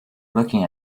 looking